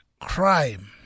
crime